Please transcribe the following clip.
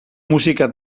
musika